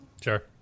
Sure